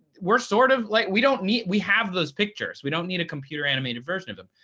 we're sort of like we don't need we have those pictures. we don't need a computer-animated version of it.